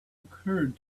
occurred